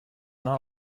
not